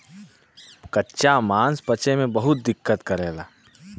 कच्चा मांस पचे में बहुत दिक्कत करेला